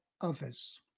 others